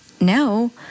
no